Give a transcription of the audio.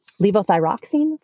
levothyroxine